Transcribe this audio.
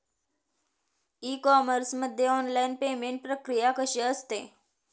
E commerce मध्ये online payment प्रक्रिया कशी असते?